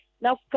Now